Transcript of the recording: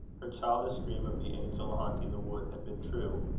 her childish dream of the angel haunting the wood had been true,